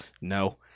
no